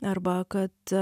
arba kad